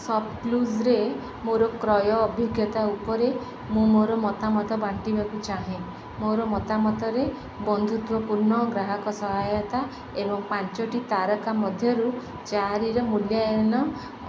ସପ୍ କ୍ଲୁଜ୍ରେ ମୋର କ୍ରୟ ଅଭିଜ୍ଞତା ଉପରେ ମୁଁ ମୋର ମତାମତ ବାଣ୍ଟିବାକୁ ଚାହେଁ ମୋର ମତାମତରେ ବନ୍ଧୁତ୍ୱପୂର୍ଣ୍ଣ ଗ୍ରାହକ ସହାୟତା ଏବଂ ପାଞ୍ଚଟି ତାରକା ମଧ୍ୟରୁ ଚାରିର ମୂଲ୍ୟାୟାନ